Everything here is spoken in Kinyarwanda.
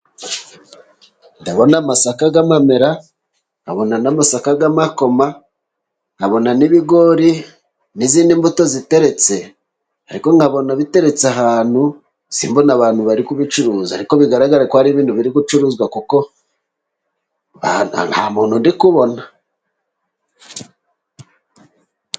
Ndabona amasaka gamamera, nkabona n'amasaka gamakoma, nkabona n'ibigori n'izindi mbuto ziteretse ariko nkabona biteretse ahantu simbona abantu bari kubicuruza ariko bigaragara ko hari ibintu biri gucuruzwa kuko nta muntu ndikubona.